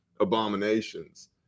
abominations